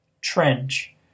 Trench